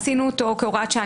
עשינו אותו כהוראת שעה.